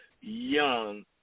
young